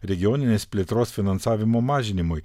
regioninės plėtros finansavimo mažinimui